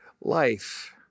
life